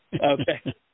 Okay